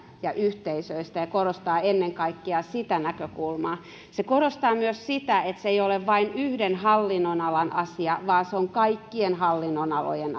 ja yhteisöistä ja korostaa ennen kaikkea sitä näkökulmaa se korostaa myös sitä että se ei ole vain yhden hallinnonalan asia vaan se on kaikkien hallinnonalojen